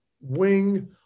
wing